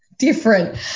different